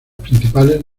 principales